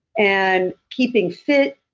and keeping fit,